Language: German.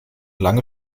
lange